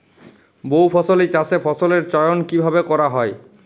বহুফসলী চাষে ফসলের চয়ন কীভাবে করা হয়?